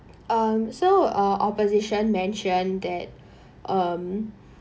um so uh opposition mentioned that um